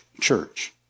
church